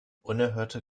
unerhörte